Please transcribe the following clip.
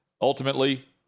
Ultimately